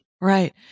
Right